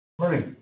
Morning